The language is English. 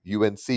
UNC